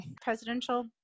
Presidential